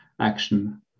action